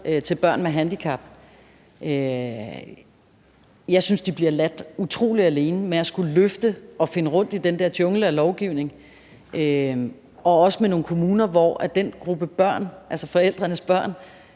til børn med handicap bliver ladt utrolig meget alene med at skulle løfte det og finde rundt i den der jungle af lovgivning – også i nogle kommuner, hvor den gruppe børn er dyr. Og det vil